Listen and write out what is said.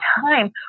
time